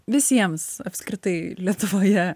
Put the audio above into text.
visiems apskritai lietuvoje